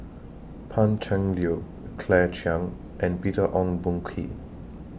Pan Cheng Lui Claire Chiang and Peter Ong Boon Kwee